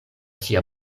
sia